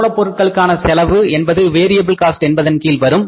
மூலபொருட்களுக்கான செலவு என்பது variable cost என்பதன் கீழ் வரும்